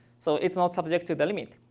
so it's not subject to the limit.